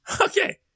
Okay